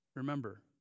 remember